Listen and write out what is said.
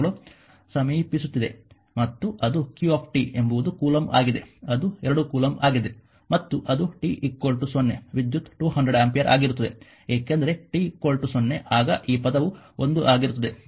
ಆದ್ದರಿಂದ ಅದಕ್ಕಾಗಿಯೇ ಅದು ಸಮೀಪಿಸುತ್ತಿದೆ ಮತ್ತು ಅದು q ಎಂಬುದು ಕೂಲಂಬ್ ಆಗಿದೆ ಅದು 2 ಕೂಲಂಬ್ ಆಗಿದೆ ಮತ್ತು ಅದು t 0 ವಿದ್ಯುತ್ 200 ಆಂಪಿಯರ್ ಆಗಿರುತ್ತದೆ ಏಕೆಂದರೆ t 0 ಆಗ ಈ ಪದವು 1 ಆಗಿರುತ್ತದೆ